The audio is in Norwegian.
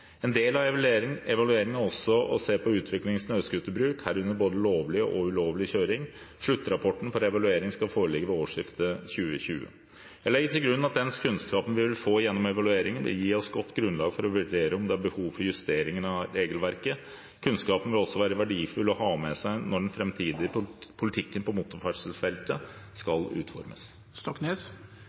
En del av evalueringen er også å se på utvikling i snøscooterbruk, herunder både lovlig og ulovlig kjøring. Sluttrapporten for evaluering skal foreligge ved årsskiftet 2020. Jeg legger til grunn at den kunnskapen vi vil få gjennom evalueringen, vil gi oss godt grunnlag for å vurdere om det er behov for justeringer av regelverket. Kunnskapen vil også være verdifull å ha med seg når den framtidige politikken på motorferdselsfeltet skal utformes.